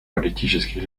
политических